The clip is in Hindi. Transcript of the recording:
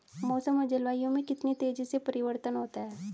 मौसम और जलवायु में कितनी तेजी से परिवर्तन होता है?